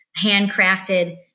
handcrafted